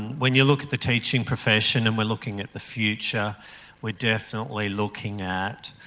when you look at the teaching profession and we're looking at the future we're definitely looking at